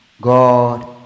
God